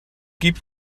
gibt